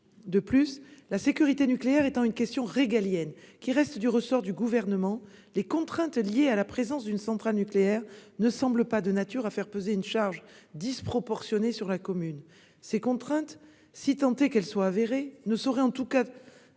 De plus, la sécurité nucléaire étant une question régalienne qui reste du ressort du Gouvernement, les contraintes liées à la présence d'une centrale nucléaire ne semblent pas de nature à faire peser une charge disproportionnée sur la commune. Ces contraintes, si tant est qu'elles soient avérées, ne sauraient en tout état